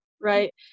right